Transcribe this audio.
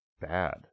bad